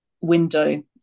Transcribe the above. window